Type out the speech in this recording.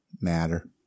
matter